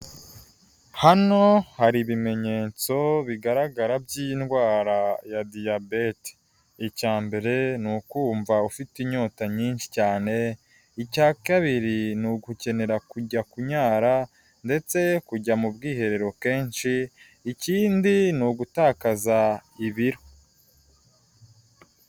Hano hari ibimenyetso bigaragara by'indwara ya diyabete. Icya mbere ni ukumva ufite inyota nyinshi cyane, icya kabiri ni ugukenera kujya kunyara ndetse kujya mu bwiherero kenshi, ikindi ni ugutakaza ibiro.